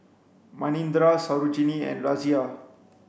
Manindra Sarojini and Razia